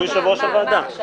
הוא יושב-ראש הוועדה.